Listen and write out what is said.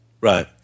Right